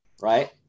right